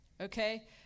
Okay